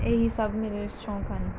ਇਹੀ ਸਭ ਮੇਰੇ ਸ਼ੌਂਕ ਹਨ